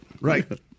Right